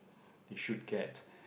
they should get